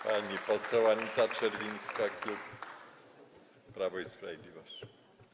Pani poseł Anita Czerwińska, klub Prawo i Sprawiedliwość.